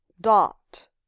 dot